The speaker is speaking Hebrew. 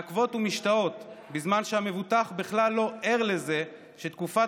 מעכבות ומשתהות בזמן שהמבוטח בכלל לא ער לזה שתקופת